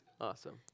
Awesome